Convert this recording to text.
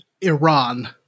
Iran